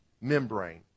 membrane